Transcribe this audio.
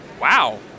Wow